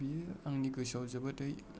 बियो आंनि गोसोआव जोबोदै